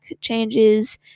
changes